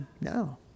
no